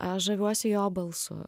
aš žaviuosi jo balsu